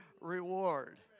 reward